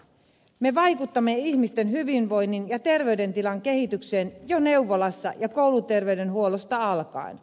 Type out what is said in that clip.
me vaikutamme ihmisten hyvinvoinnin ja terveydentilan kehitykseen jo neuvolasta ja kouluterveydenhuollosta alkaen